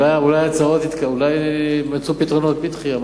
אולי יימצאו פתרונות בלי דחייה,